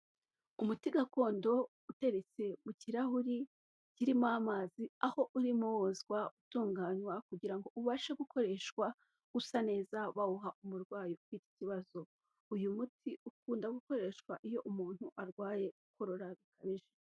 Umuti gakondo uteretse mu kirahuri kirimo amazi aho urimo wozwa utunganywa, kugirango ngo ubashe gukoreshwa usa neza bawuha umurwayi ufite ikibazo, uyu muti ukunda gukoreshwa iyo umuntu arwaye korora bikabije.